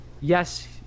yes